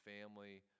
family